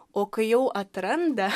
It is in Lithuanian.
o kai jau atranda